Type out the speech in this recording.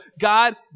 God